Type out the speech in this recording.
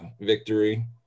victory